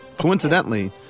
Coincidentally